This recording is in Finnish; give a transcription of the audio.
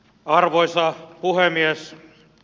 arvoisa puhemies